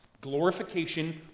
Glorification